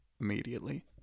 immediately